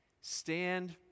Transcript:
Stand